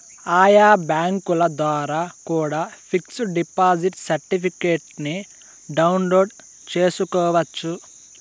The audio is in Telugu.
ఆయా బ్యాంకుల ద్వారా కూడా పిక్స్ డిపాజిట్ సర్టిఫికెట్ను డౌన్లోడ్ చేసుకోవచ్చు